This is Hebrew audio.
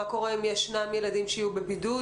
מה קורה אם ישנם ילדים שיהיו בבידוד,